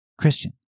Christian